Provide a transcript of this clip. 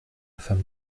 femme